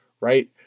right